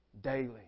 daily